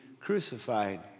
crucified